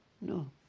no